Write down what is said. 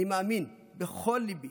אני מאמין בכל ליבי